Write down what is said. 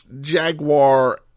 Jaguar